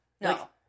No